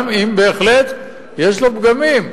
גם אם בהחלט יש לו פגמים.